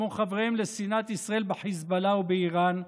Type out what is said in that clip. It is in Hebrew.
כמו חברים לשנאת ישראל בחיזבאללה ובאיראן,